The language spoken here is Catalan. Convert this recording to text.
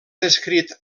descrit